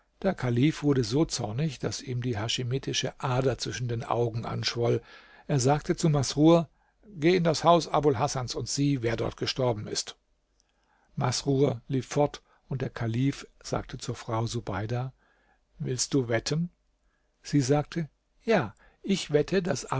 der kalif wurde so zornig daß ihm die haschimitische ader zwischen den augen anschwoll er sagte zu masrur geh in das haus abul hasans und sieh wer dort gestorben ist masrur lief fort und der kalif sagte zur frau subeida willst du wetten sie sagte ja ich wette daß